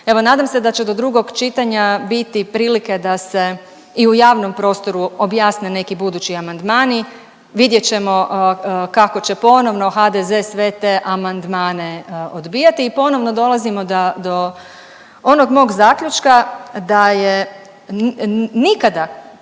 Evo nadam se da će do drugog čitanja biti prilike da se i u javnom prostoru objasne neki budući amandmani. Vidjet ćemo kako će ponovno HDZ sve te amandmane odbijati i ponovno dolazimo do onog mog zaključka da je, nikada,